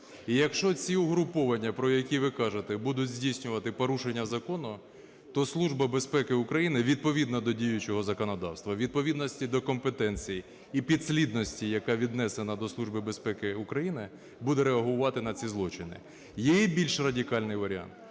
І якщо ці угрупування, про які ви кажете, будуть здійснювати порушення закону, то Служба безпеки України відповідно до діючого законодавства, у відповідності до компетенцій і підслідності, яка віднесена до Служби безпеки України, буде реагувати на ці злочини. Є і більш радикальний варіант.